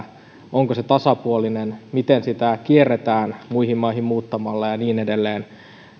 onko se tasapuolinen miten sitä kierretään muihin maihin muuttamalla ja niin edelleen